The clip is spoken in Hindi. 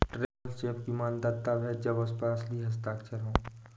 ट्रैवलर्स चेक की मान्यता तब है जब उस पर असली हस्ताक्षर हो